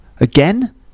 again